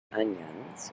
onions